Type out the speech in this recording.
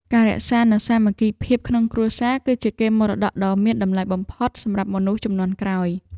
ការរក្សានូវសាមគ្គីភាពក្នុងគ្រួសារ គឺជាកេរមរតកដ៏មានតម្លៃបំផុតសម្រាប់មនុស្សជំនាន់ក្រោយ។